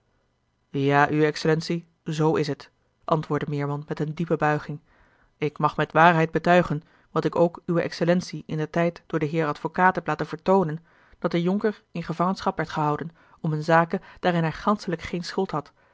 ja uwe excellentie zoo is het antwoordde meerman met eene diepe buiging ik mag met waarheid betuigen wat ik ook uwe excellentie indertijd door den heer advocaat heb laten vertoonen dat de jonker in gevangenschap werd gehouden om eene zake daarin hij ganschelijk geene schuld had